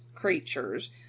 creatures